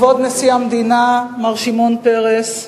כבוד נשיא המדינה, מר שמעון פרס,